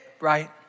right